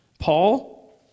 Paul